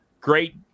great